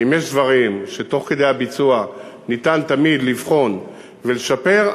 אם יש דברים שתוך כדי הביצוע ניתן תמיד לבחון ולשפר,